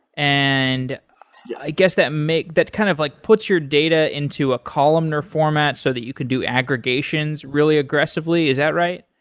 and i guess, that that kind of like puts your data into a columnar format, so that you could do aggregations really aggressively, is that right?